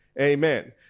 Amen